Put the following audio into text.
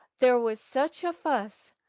there was such a fuss!